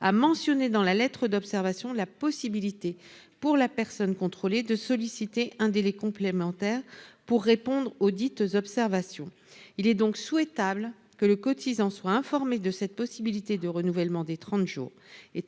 à mentionner dans la lettre d'observations la possibilité pour la personne contrôlée de solliciter un délai complémentaire pour répondre auxdites observations ». Il est donc souhaitable que le cotisant soit informé de cette possibilité de renouvellement des trente jours.